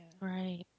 Right